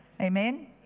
Amen